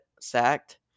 sacked